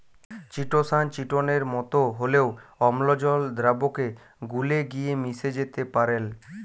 chitosan চিটোনের মতো হলেও অম্লজল দ্রাবকে গুলে গিয়ে মিশে যেতে পারেল